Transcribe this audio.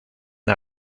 una